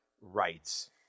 rights